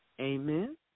Amen